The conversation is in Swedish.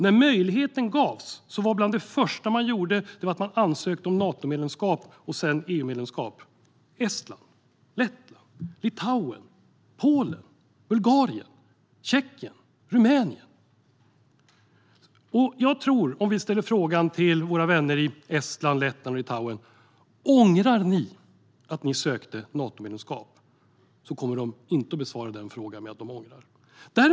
När möjligheten gavs var bland det första man gjorde att ansöka om Natomedlemskap och sedan EU-medlemskap - Estland, Lettland, Litauen, Polen, Bulgarien, Tjeckien, Rumänien! Om vi ställer frågan till våra vänner i Estland, Lettland och Litauen om de ångrar att de sökte ett Natomedlemskap tror jag inte att de kommer att besvara den frågan med att de ångrar sig.